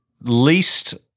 least